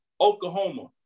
Oklahoma